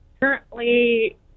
Currently